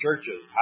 churches